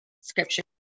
scripture